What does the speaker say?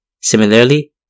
Similarly